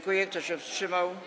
Kto się wstrzymał?